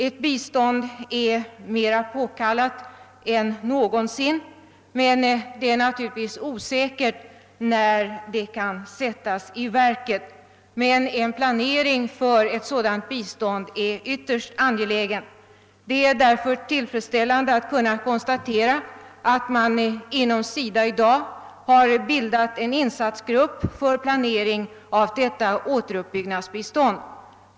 Ett bistånd är mer påkallat än någonsin, men det är naturligtvis osäkert när det kan sättas i verket. En planering för ett sådant bistånd är dock ytterst angelägen. Det är därför glädjande att kunna konstatera att man inom SIDA i dag har bildat en insatsgrupp för planering av detta återuppbyggnadsbistånd.